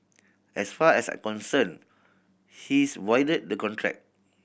as far as I concerned he's voided the contract